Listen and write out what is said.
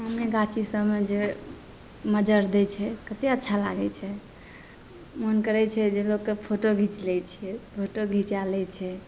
आमे गाछी सबमे जे मजर दै छै कते अच्छा लागे छै मोन करै छै जे लोकके फोटो घीच लै छियै फोटो घीचा लै छै